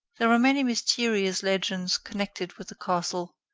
there are many mysterious legends connected with the castle,